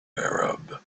arab